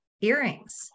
earrings